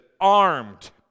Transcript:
armed